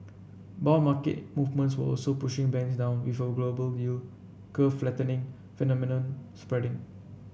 bond market movements were also pushing banks down before a global yield curve flattening phenomenon spreading